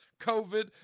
COVID